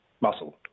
muscle